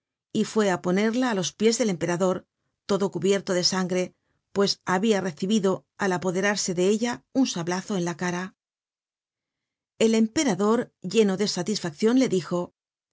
y fué á ponerla á los pies del emperador todo cubierto de sangre pues habia recibido al apoderarse de ella un sablazo en la cara el emperador lleno de satisfaccion le dijo